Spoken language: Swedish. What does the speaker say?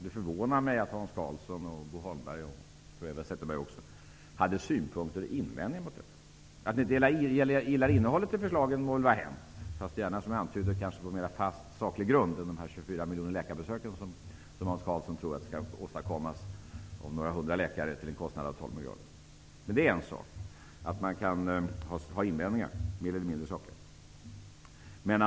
Det förvånar mig att Hans Karlsson, Bo Holmberg och möjligen även Eva Zetterberg hade synpunkter på och invändningar mot detta. Att ni har synpunkter på innehållet må väl vara hänt. Men som jag antydde får det gärna bygga på mera fast saklig grund än resonemanget om de 24 miljonerna läkarbesök, där Hans Karlsson tror att det skall åstadkommas en fördubbling med hjälp av ytterligare några hundra läkare till en kostnad av 12 miljarder. Man kan komma med mer eller mindre sakliga invändningar.